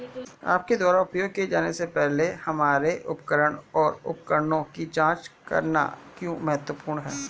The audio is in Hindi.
आपके द्वारा उपयोग किए जाने से पहले हमारे उपकरण और उपकरणों की जांच करना क्यों महत्वपूर्ण है?